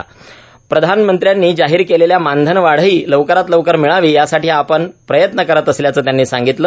पंतप्रधानांनी जाहीर केलेली मानधनवाढही लवकरात लवकर मिळावी यासाठी आपण प्रयत्न करीत असल्याचं त्यांनी सांगितलं